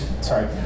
sorry